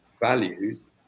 values